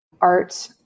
art